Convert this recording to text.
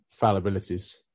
fallibilities